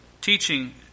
teaching